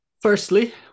Firstly